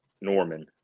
norman